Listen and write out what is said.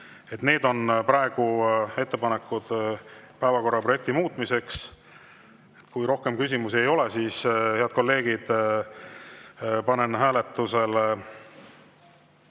on praegu ettepanekud päevakorra projekti muutmiseks. Kui rohkem küsimusi ei ole, siis, head kolleegid, panen hääletusele